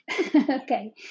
Okay